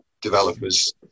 developers